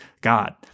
God